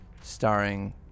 starring